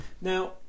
Now